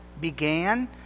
began